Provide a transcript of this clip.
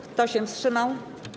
Kto się wstrzymał?